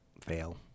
fail